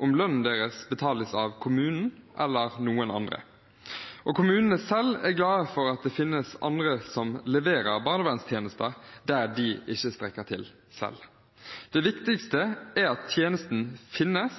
om lønnen deres betales av kommunen eller av noen andre, og at kommunene selv er glade for at det finnes andre som leverer barnevernstjenester der de ikke strekker til selv. Det viktigste er at tjenesten finnes,